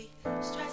stressed